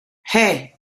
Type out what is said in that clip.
hey